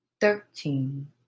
thirteen